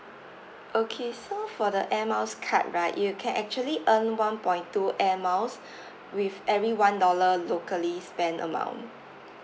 okay so for the air miles card right you can actually earn one point two air miles with every one dollar locally spent amount